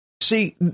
See